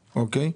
אוקיי.